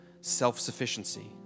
self-sufficiency